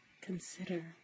Consider